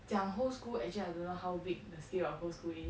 讲 whole school actually I don't know how big the scale of whole school is